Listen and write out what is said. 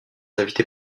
invités